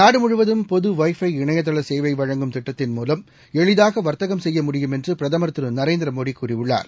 நாடு முழுவதும் பொது வைஃபை இணையதள சேவை வழங்கும் திட்டத்தின் மூவம் எளிதாக வர்த்தகம் செய்ய முடியும் என்று பிரதமர் திரு நரேந்திர மோடி கூறியுள்ளார்